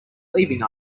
leaving